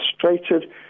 frustrated